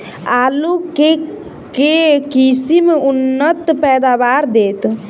आलु केँ के किसिम उन्नत पैदावार देत?